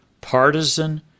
partisan